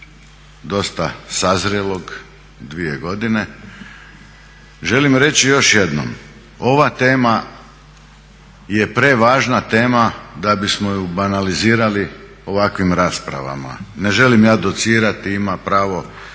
dosta sazrelog, dvije godine, želim reći još jednom, ova tema je prevažna tema da bismo ju banalizirali ovakvim raspravama. Ne želim ja docirati, ima pravo